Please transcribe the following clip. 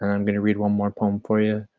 and i'm going to read one more poem for you.